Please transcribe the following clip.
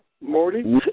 Morty